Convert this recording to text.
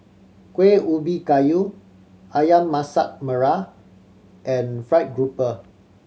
Kuih Ubi Kayu Ayam Masak Merah and fried grouper